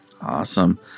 Awesome